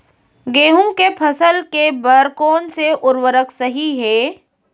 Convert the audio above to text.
गेहूँ के फसल के बर कोन से उर्वरक सही है?